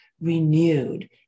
renewed